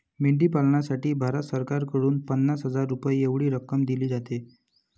मेंढी पालनासाठी भारत सरकारकडून पन्नास हजार रुपये एवढी रक्कम दिली जाते